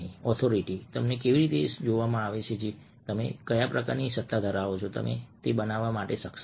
authority તમને કેવી રીતે જોવામાં આવે છે અને તમે કયા પ્રકારની સત્તા છો તમે બનાવવા માટે સક્ષમ છો